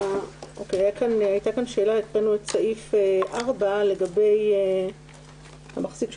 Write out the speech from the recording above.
קראנו את סעיף קטן (4) לגבי המחזיק של